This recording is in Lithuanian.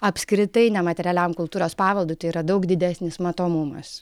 apskritai nematerialiam kultūros paveldui tai yra daug didesnis matomumas